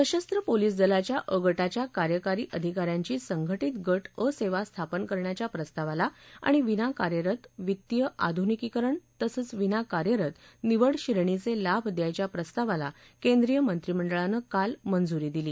सशस्त्र पोलीस दलाच्या अ गाव्या कार्यकारी अधिकाऱ्यांची संघा ींत गाव अ सेवा स्थापन करण्याच्या प्रस्तावाला आणि विना कार्यरत वित्तीय आधुनिकीकरण तसंच विना कार्यरत निवड श्रेणीचे लाभ द्यायच्या प्रस्तावाला केंद्रीय मंत्रिमंडळानं काल मंजुरी दिली